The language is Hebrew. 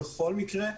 בכל מקרה,